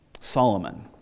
Solomon